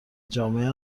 جامعه